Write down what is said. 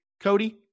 Cody